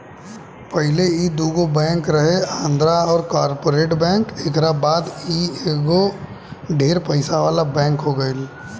पहिले ई दुगो बैंक रहे आंध्रा आ कॉर्पोरेट बैंक एकरा बाद ई एगो ढेर पइसा वाला बैंक हो गईल